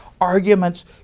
Arguments